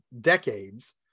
decades